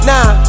Nah